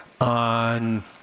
on